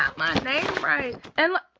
my name right. and